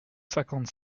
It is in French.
cinquante